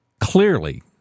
clearly